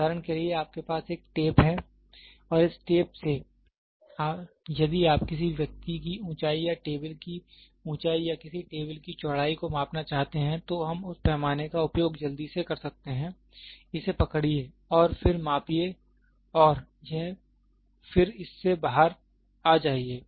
उदाहरण के लिए आपके पास एक टेप है इस टेप से यदि आप किसी व्यक्ति की ऊंचाई या टेबल की ऊंचाई या किसी टेबल की चौड़ाई को मापना चाहते हैं तो हम उस पैमाने का उपयोग जल्दी से करते हैं इसे पकड़िए और फिर इसे मापिए हैं और फिर इससे बाहर आ जाइए